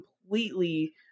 completely